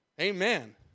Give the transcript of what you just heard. Amen